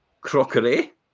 crockery